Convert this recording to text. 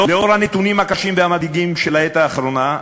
לאור הנתונים הקשים והמדאיגים של העת האחרונה,